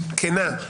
כנה,